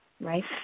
right